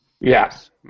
Yes